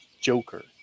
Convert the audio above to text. Joker